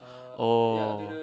oh